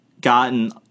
gotten